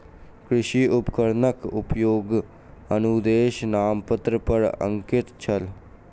कृषि उपकरणक उपयोगक अनुदेश नामपत्र पर अंकित छल